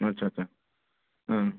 ଆଚ୍ଛା ଆଚ୍ଛା